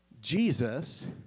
Jesus